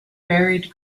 varied